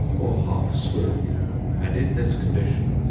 or half swoon and, in this condition,